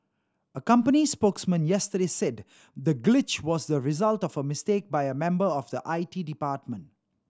a company spokesman yesterday said the glitch was the result of a mistake by a member of the I T department